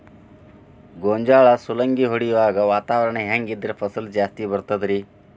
ಗೋಂಜಾಳ ಸುಲಂಗಿ ಹೊಡೆಯುವಾಗ ವಾತಾವರಣ ಹೆಂಗ್ ಇದ್ದರ ಫಸಲು ಜಾಸ್ತಿ ಬರತದ ರಿ?